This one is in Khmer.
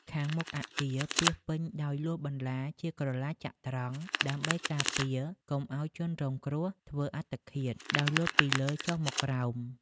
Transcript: ខាងមុខអគារពាសពេញដោយលួសបន្លាជាក្រឡាចក្រត្រង្គ ដេីម្បីការពារកុំអោយជនរងគ្រោះធ្វើអត្តឃាតដោយលោតពីលើចុះមកក្រោម។